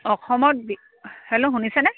অসমত হেল্ল' শুনিছেনে